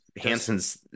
Hanson's